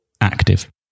active